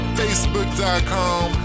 facebook.com